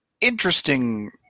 Interesting